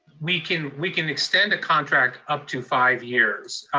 we can we can extend the contract up to five years.